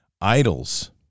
idols